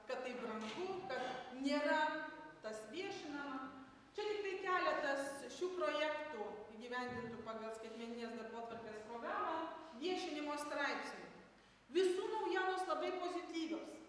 kad tai brangu kad nėra tas viešinama čia tiktai keletas šių projektų įgyvendintų pagal skaitmeninės darbotvarkės programą viešinimo straipsnių visų naujienos labai pozityvios